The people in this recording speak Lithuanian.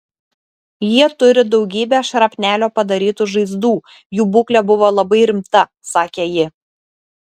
jie turi daugybę šrapnelio padarytų žaizdų jų būklė buvo labai rimta sakė ji